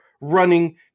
running